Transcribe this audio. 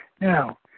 Now